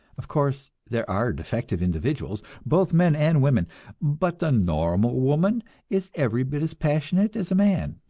of course, there are defective individuals, both men and women but the normal woman is every bit as passionate as a man,